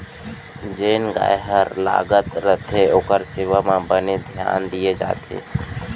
जेन गाय हर लागत रथे ओकर सेवा म बने धियान दिये जाथे